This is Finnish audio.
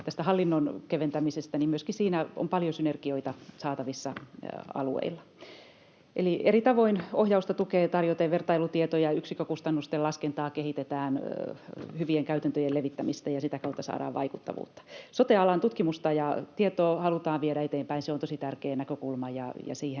hallinnon keventämisestä, niin myöskin siinä on paljon synergioita saatavissa alueilla. Eli eri tavoin ohjausta ja tukea tarjoten, vertailutietoja, yksikkökustannusten laskentaa kehitetään, hyvien käytäntöjen levittämistä, ja sitä kautta saadaan vaikuttavuutta. Sote-alan tutkimusta ja tietoa halutaan viedä eteenpäin. Se on tosi tärkeä näkökulma, ja sitä